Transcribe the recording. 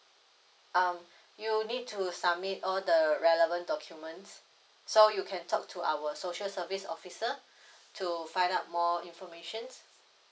um you need to submit all the relevant documents so you can talk to our social service officer to find out more information